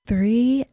Three